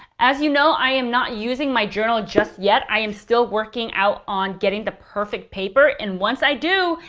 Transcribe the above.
as you know, i am not using my journal just yet. i am still working out on getting the perfect paper. and once i do,